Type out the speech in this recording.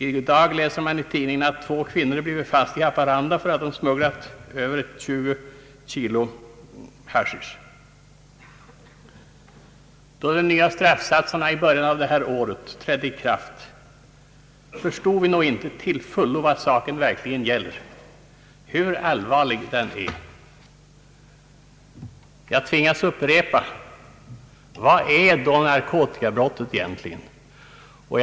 I dag kan man i tidningarna läsa att två kvinnor i Haparanda blivit fast för att de smugglat in över 20 kg haschisch. Då de nya straffsatserna i början av detta år trädde i kraft förstod vi nog inte till fullo vad saken verkligen gäller, hur allvarlig den är. Jag upprepar: Vad är då egentligen narkotikabrott för något?